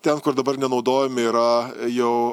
ten kur dabar nenaudojami yra jau